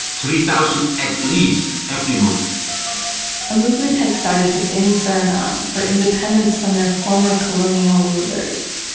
three thousand at least every month a movement had started within suriname for independence from their former colonial rulers.